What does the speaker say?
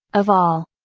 of all.